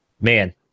man